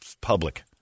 public